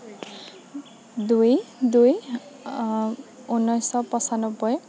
দুই দুই ঊনৈছশ পঁচান্নবৈ